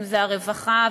הרווחה,